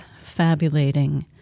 fabulating